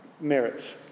merits